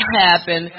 happen